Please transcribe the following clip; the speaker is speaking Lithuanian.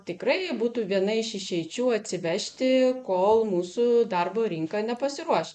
tikrai būtų viena iš išeičių atsivežti kol mūsų darbo rinka nepasiruoš